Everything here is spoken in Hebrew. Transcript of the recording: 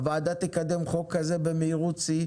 הוועדה תקדם חוק כזה במהירות שיא,